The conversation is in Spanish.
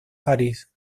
parís